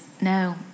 no